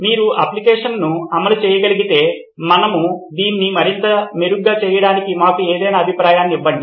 మీరు అప్లికషన్ ను అమలు చేయగలిగితే మరియు దీన్ని మరింత మెరుగ్గా చేయడానికి మాకు ఏదైనా అభిప్రాయాన్ని ఇవ్వండి